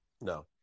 No